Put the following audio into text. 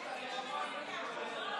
שלו,